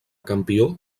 campió